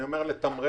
אני אומר לתמרץ